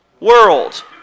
World